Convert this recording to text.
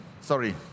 sorry